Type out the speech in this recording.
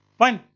fine.